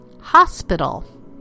Hospital